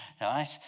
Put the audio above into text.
right